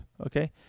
Okay